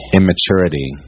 immaturity